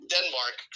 Denmark